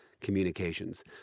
communications